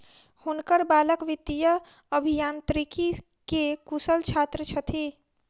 हुनकर बालक वित्तीय अभियांत्रिकी के कुशल छात्र छथि